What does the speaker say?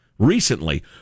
Recently